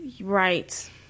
Right